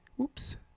oops